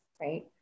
right